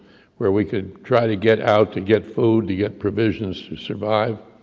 where we could try to get out to get food, to get provisions to survive.